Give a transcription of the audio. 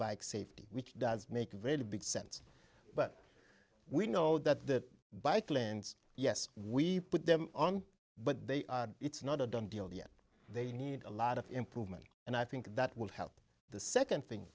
bike safety does make a very big sense but we know that by clint's yes we put them on but they are it's not a done deal yet they need a lot of improvement and i think that would help the second thing